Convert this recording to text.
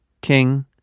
king